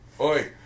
Oi